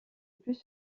plus